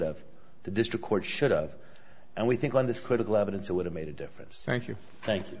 of the district court should have and we think on this critical evidence it would have made a difference thank you thank you